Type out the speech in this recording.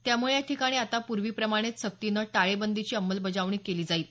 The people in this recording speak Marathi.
त्यामुळे या ठिकाणी आता पूर्वीप्रमाणेच सक्तीनं टाळेबंदीची अंमलबजावणी केली जाईल